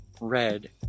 red